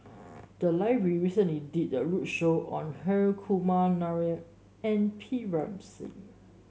the library recently did a roadshow on Hri Kumar Nair and Pritam Singh